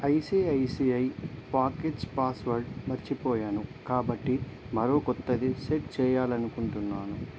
ICICI pockets password మర్చిపోయాను కాబట్టి మరో కొత్తది సెట్ చెయ్యాలనుకుంటున్నాను